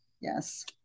Yes